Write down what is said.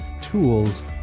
tools